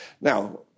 Now